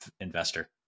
investor